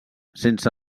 sense